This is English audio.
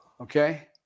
Okay